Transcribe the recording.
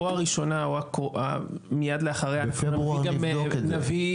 או הראשונה או מייד לאחריה -- אנחנו גם נבדוק את זה.